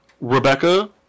Rebecca